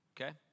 Okay